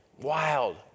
Wild